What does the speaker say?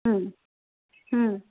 হুম হুম